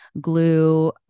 glue